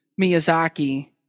Miyazaki